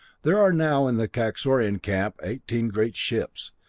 there are now in the kaxorian camp eighteen great ships.